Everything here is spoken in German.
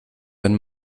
wenn